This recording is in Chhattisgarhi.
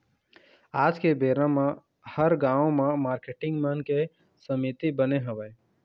आज के बेरा म हर गाँव म मारकेटिंग मन के समिति बने हवय